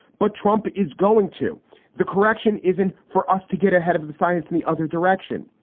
but trump is going to the correction isn't for us to get ahead of the science in the other direction.